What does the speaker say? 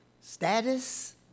status